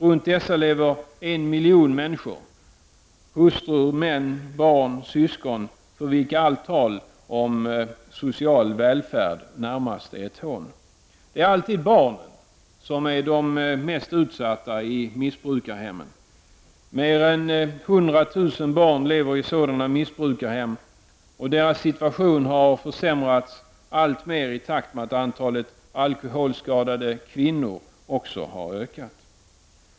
Runt dessa lever en miljon människor — hustrur, män, barn, syskon — för vilka allt tal om social välfärd närmast är ett hån. Det är alltid barnen som är mest utsatta i missbrukarhemmen. Mer än 100 000 barn lever i sådana missbrukarhem, och deras situation har försämrats i samma takt som antalet alkoholskadade kvinnor har ökat.